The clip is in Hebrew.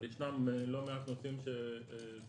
ישנם לא מעט נושאים שצריך,